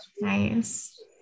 Nice